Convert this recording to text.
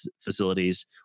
facilities